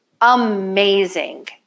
Amazing